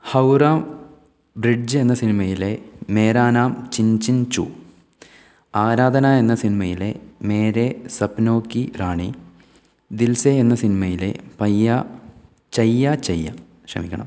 Howrah bridge എന്ന സിനിമയിലെ മേരാനാം ചിങ്ച്ചിങ്ചോം ആരാധന എന്ന സിനിമയിലെ മേരെ സപ്നോക്കീ റാണി ദിൽ സേ എന്ന സിനിമയിലെ പയ്യാ ചയ്യാ ചയ്യാ ക്ഷമിക്കണം